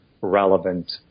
relevant